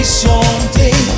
someday